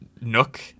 nook